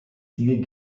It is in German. steel